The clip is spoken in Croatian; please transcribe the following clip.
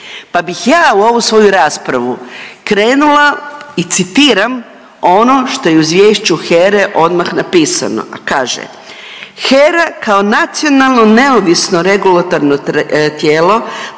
Pa bih ja u ovu svoju raspravu krenula i citiram ono što je u izvješću HERE odmah napisano, a kaže. HERA kao nacionalno neovisno regulatorno tijelo